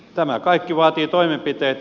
tämä kaikki vaatii toimenpiteitä